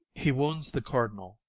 he wounds the cardinal,